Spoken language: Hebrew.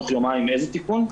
תוך יומיים, איזה תיקון?